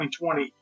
2020